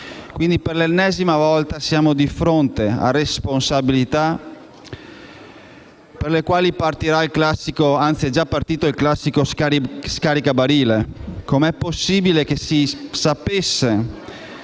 Quindi, per l'ennesima volta, siamo di fronte a responsabilità per le quali partirà, anzi è già partito il classico scaricabarile. Come è possibile che si sapesse